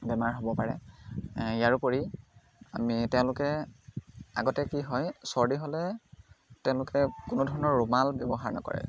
বেমাৰ হ'ব পাৰে ইয়াৰোপৰি আমি তেওঁলোকে আগতে কি হয় চৰ্দি হ'লে তেওঁলোকে কোনো ধৰণৰ ৰুমাল ব্যৱহাৰ নকৰে